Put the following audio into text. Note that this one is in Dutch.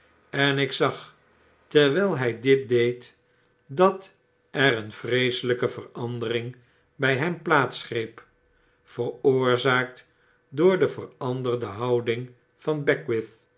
en ik zag terwylhjj dit deed dat er een vreeselgke verandering by hem plaats greep veroorzaakt door de veranderde houding van beck